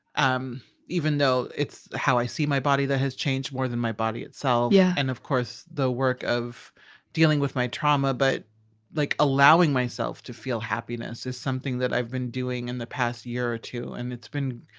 um even though it's how i see my body that has changed more than my body itself yeah and of course the work of dealing with my trauma, but like allowing myself to feel happiness is something that i've been doing in the past year or two. and it's been,